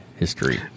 History